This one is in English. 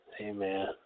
amen